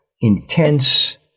intense